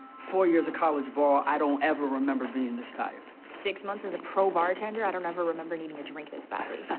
four years of college ball, i don't ever remember being this tired. six months as a pro bartender, i don't ever remember needing a drink this badly.